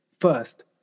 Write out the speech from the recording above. first